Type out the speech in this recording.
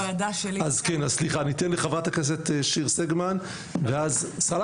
עכשיו חברת הכנסת מיכל שיר סגמן בבקשה.